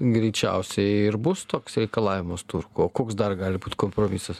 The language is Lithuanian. greičiausiai ir bus toks reikalavimas turkų koks dar gali būt kompromisas